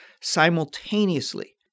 simultaneously